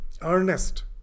earnest